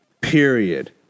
period